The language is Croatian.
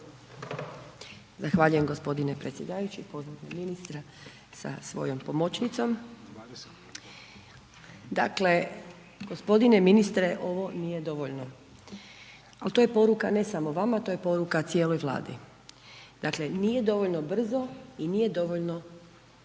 Zahvaljujem g. predsjedavajući, pozdravljam ministra sa svojom pomoćnicom, dakle g. ministre ovo nije dovoljno, al to je poruka ne samo vama, to je poruka cijeloj Vladi, dakle nije dovoljno brzo i nije dovoljno